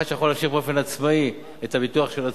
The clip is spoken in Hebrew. שיכול להמשיך באופן עצמאי את הביטוח של עצמו.